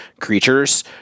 creatures